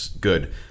good